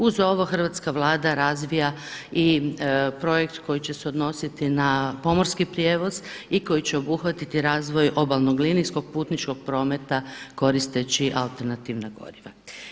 Uz ovo Hrvatska vlada razvija i projekt koji će se odnositi na pomorski prijevoz i koji će obuhvatiti razvoj obalnog linijskog putničkog prometa koristeći alternativna goriva.